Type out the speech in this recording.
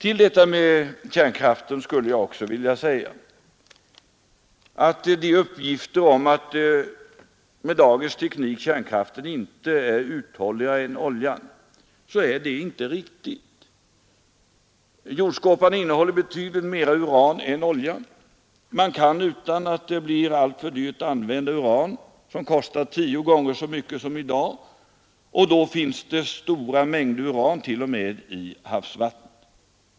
I frågan om kärnkraften skulle jag vilja tillägga att uppgifterna om att kärnkraften med dagens teknik inte är uthålligare än oljan är oriktiga. Jordskorpan innehåller betydligt mera uran än olja. Man kan utan att det blir alltför dyrt använda uran som kostar tio gånger så mycket som det gör i dag. Till sådant pris finns det också stora mängder uran i havsvattnet.